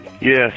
Yes